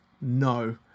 no